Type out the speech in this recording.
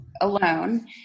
alone